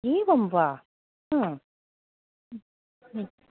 एवं वा